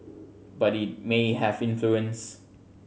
but it may have influence